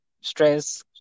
stress